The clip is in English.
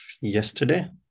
yesterday